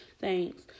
thanks